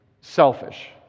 Selfish